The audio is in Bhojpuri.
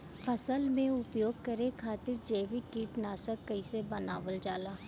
फसल में उपयोग करे खातिर जैविक कीटनाशक कइसे बनावल जाला?